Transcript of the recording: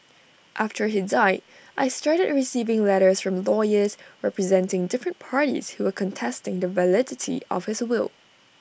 after he died I started receiving letters from lawyers representing different parties who were contesting the validity of his will